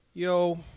yo